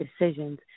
decisions